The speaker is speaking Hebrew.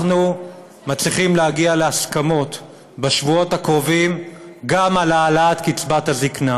אנחנו מצליחים להגיע להסכמות בשבועות הקרובים גם על העלאת קצבת הזקנה.